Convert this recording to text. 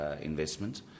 investment